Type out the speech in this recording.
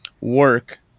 work